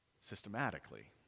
systematically